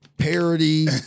parody